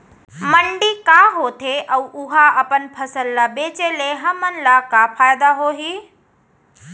मंडी का होथे अऊ उहा अपन फसल ला बेचे ले हमन ला का फायदा होही?